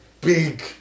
big